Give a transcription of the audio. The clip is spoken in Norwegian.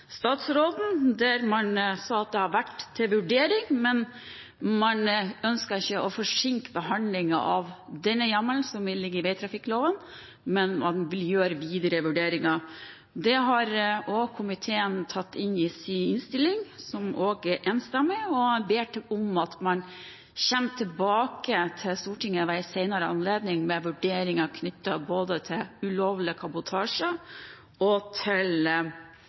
statsråden, som sa at det hadde vært til vurdering, men man ønsket ikke å forsinke behandlingen av denne hjemmelen, som vil ligge i vegtrafikkloven. Men man gjør videre vurderinger. Dette har komiteen tatt inn i sin innstilling – som er enstemmig – og ber om at man kommer tilbake til Stortinget ved en senere anledning med vurderinger knyttet både til ulovlig kabotasje og til